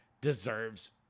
deserves